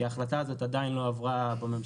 כי לפי מה שהבנתי ההחלטה הזאת עדיין לא עברה בממשלה.